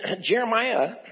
Jeremiah